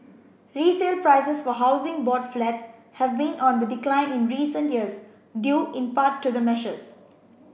resale prices for Housing Board flats have been on the decline in recent years due in part to the measures